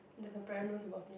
there's a brand knows about it